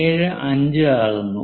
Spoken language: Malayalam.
75 ആകുന്നു